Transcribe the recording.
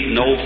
no